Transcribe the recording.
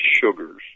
sugars